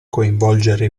coinvolgere